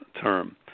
term